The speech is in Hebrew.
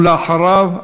ואחריו,